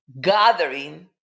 gathering